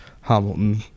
Hamilton